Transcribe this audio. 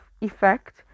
effect